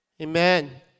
Amen